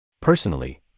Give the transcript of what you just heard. Personally